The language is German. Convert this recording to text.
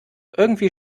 irgendwie